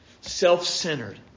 self-centered